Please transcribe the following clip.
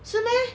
是 meh